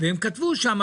והם כתבו שם,